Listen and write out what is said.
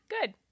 good